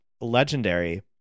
legendary